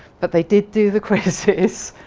but they did do the quizzes.